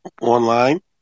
online